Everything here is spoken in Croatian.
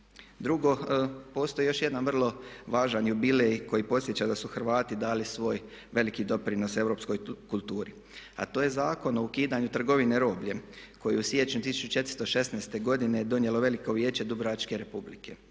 Drugo, postoji još jedan vrlo važan jubilej koji podsjeća da su Hrvati dali svoj veliki doprinos europskoj kulturi a to je Zakon o ukidanju trgovine robljem koji u siječnju 1416. godine donijelo Veliko vijeće Dubrovačke Republike.